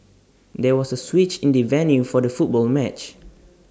there was A switch in the venue for the football match